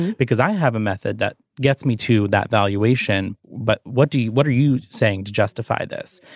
because i have a method that gets me to that valuation. but what do you what are you saying to justify this.